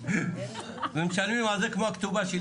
מצד אחד קובעים רף מינימום בחוק,